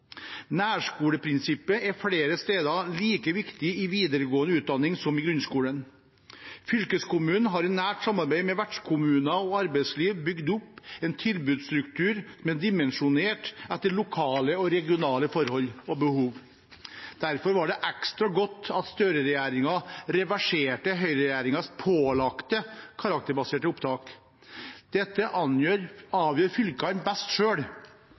Nærskoleprinsippet er flere steder like viktig i videregående utdanning som i grunnskolen. Fylkeskommunene har i nært samarbeid med vertskommuner og arbeidsliv bygd opp en tilbudsstruktur som er dimensjonert etter lokale og regionale forhold og behov. Derfor var det ekstra godt at Støre-regjeringen reverserte høyreregjeringens pålagte karakterbaserte opptak. Dette avgjør fylkene best